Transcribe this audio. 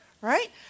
Right